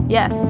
Yes